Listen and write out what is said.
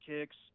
kicks